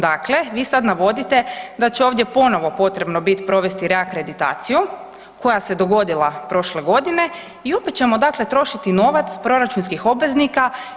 Dakle, vi sada navodite da će ovdje ponovno potrebno biti provesti reakreditaciju koja se dogodila prošle godine i opet ćemo dakle trošiti novac proračunskih obveznika.